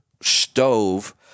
stove